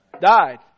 died